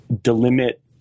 delimit